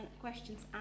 questions